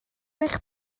eich